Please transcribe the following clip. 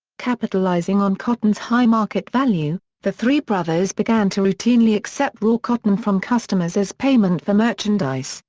capitalizing on cotton's high market value, the three brothers began to routinely accept raw cotton from customers as payment for merchandise,